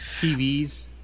TVs